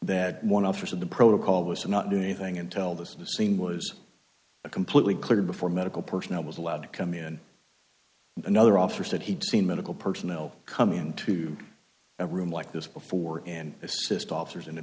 that one office of the protocol was to not do anything until the scene was completely cleared before medical personnel was allowed to come in another officer said he'd seen medical personnel come into a room like this before and assist officers in